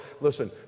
listen